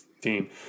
team